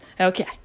Okay